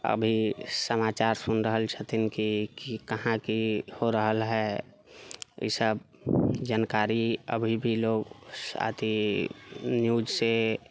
अभी समाचार सुनि रहल छथिन कि कहाँ की हो रहल है इसभ जानकारि अभी भी लोग अथि न्यूजसँ